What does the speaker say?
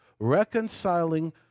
reconciling